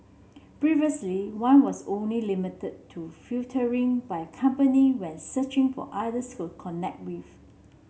previously one was only limited to filtering by company when searching for others go connect with